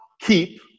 keep